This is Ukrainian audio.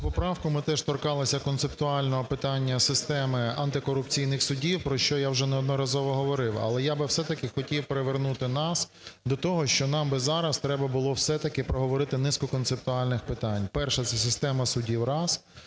поправку, ми теж торкалися концептуального питання системи антикорупційних судів, про що я вже неодноразово говорив. Але я би все-таки хотів привернути нас до того, що нам би зараз треба було все-таки проговорити низку концептуальних питань. Перше – це система судів, раз.